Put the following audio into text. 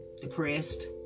depressed